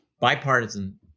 bipartisan